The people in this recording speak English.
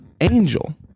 Angel